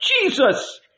Jesus